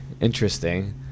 Interesting